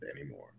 anymore